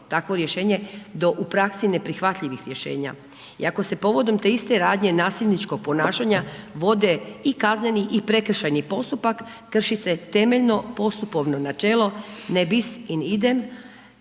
takvo rješenje do u praksi neprihvatljivih rješenja i ako se povodom te iste radnje nasilničkog ponašanja vode i kazneni i prekršajni postupak krši se temeljno postupovno načelo ne bis in idem,